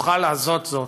יוכל לעשות זאת,